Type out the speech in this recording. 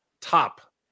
top